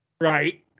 Right